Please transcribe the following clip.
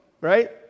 right